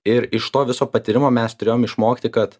ir iš to viso patyrimo mes turėjom išmokti kad